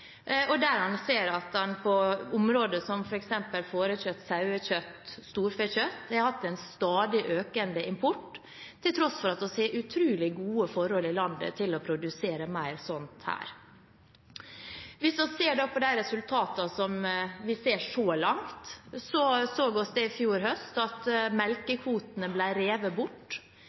og der en ser at en når det gjelder f.eks. fårekjøtt og storfekjøtt, har hatt en stadig økende import, til tross for at vi har utrolig gode forhold her i landet til å produsere mer sånt. Hvis vi ser på resultatene så langt, så vi i fjor høst at